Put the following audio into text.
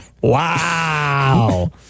Wow